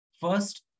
first